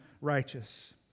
righteous